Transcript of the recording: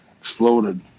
exploded